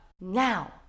Now